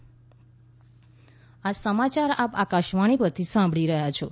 corona appeal આ સમાચાર આપ આકાશવાણી પરથી સાંભળી રહ્યા છો